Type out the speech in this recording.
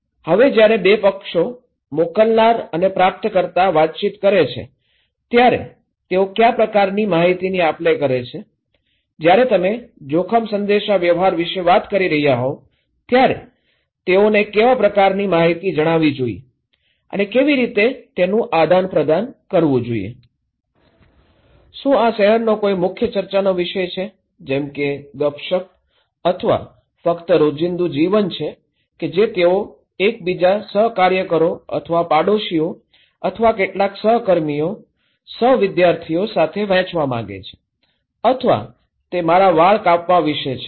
હવે જ્યારે બે પક્ષો મોકલનાર અને પ્રાપ્તકર્તા વાતચીત કરે છે ત્યારે તેઓ ક્યાં પ્રકારની માહિતીની આપલે કરે છે જ્યારે તમે જોખમ સંદેશાવ્યવહાર વિશે વાત કરી રહ્યા હોવ ત્યારે તેઓને કેવા પ્રકારની માહિતી જણાવવી જોઈએ અને કેવી રીતે તેનું આદાનપ્રદાન કરવું જોઈએ શું આ શહેરનો કોઈ મુખ્ય ચર્ચાનો વિષય છે જેમ કે ગપસપ અથવા ફક્ત રોજીંદુ જીવન છે કે જે તેઓ એકબીજા સહકાર્યકરો અથવા પડોશીઓ અથવા કેટલાક સહ કર્મીઓ સહ-વિદ્યાર્થીઓ સાથે વહેંચવા માંગે છે અથવા તે મારા વાળ કાપવા વિશે છે